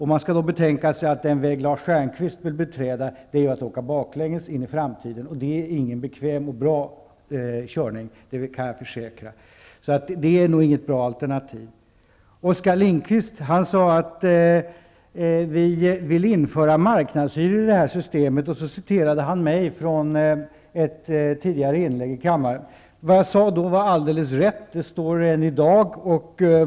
Man skall då betänka att den väg Lars Stjernkvist vill beträda innebär att åka baklänges in i framtiden, och det är ingen bekväm och bra körning, det kan jag försäkra. Det är nog inget bra alternativ. Oskar Lindkvist sade att vi ville införa marknadshyror i detta system, och så citerade han mig från ett tidigare inlägg i kammaren. Vad jag sade då var alldeles rätt. Det står än i dag.